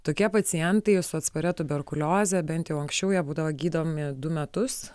tokie pacientai su atsparia tuberkulioze bent jau anksčiau jie būdavo gydomi du metus